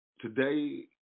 today